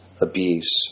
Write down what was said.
abuse